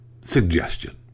suggestion